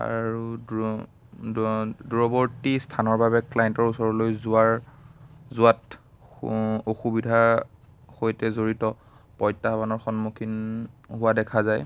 আৰু দূৰ দূৰ দূৰৱৰ্তী স্থানৰ বাবে ক্লাইণ্টৰ ওচৰলৈ যোৱাৰ যোৱাত অসুবিধা সৈতে জড়িত প্ৰত্যাহ্বানৰ সন্মুখীন হোৱা দেখা যায়